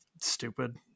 stupid